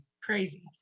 crazy